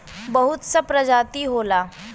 बहुत सा प्रजाति होला